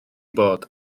bod